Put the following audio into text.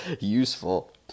useful